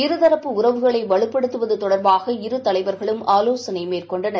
இருதரப்பு உறவுகளை வலுப்படுத்துவது தொடர்பாக இரு தலைவர்களும் ஆலோசனை மேற்கொண்டனர்